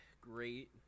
great